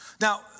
Now